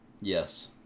Yes